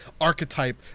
archetype